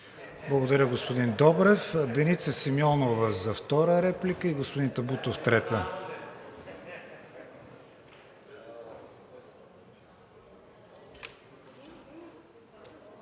Благодаря, господин Добрев. Деница Симеонова – втора реплика. И господин Табутов – трета.